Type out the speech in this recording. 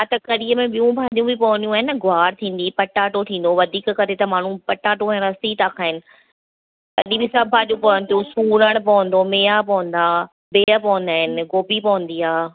हा त कढ़ीअ में ॿियूं भाॼियूं बि पवंदियूं आहिनि न ग्वार थींदी पटाटो थींदो वधीक करे त माण्हूं पटाटो ऐं रसि ई था खाइनि तॾहिं बि सभु भाॼियूं पवंदियूं सूरण पवंदो मेहा पवंदा बेह पवंदा आहिनि गोबी पवंदी आहे